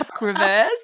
reverse